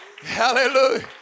Hallelujah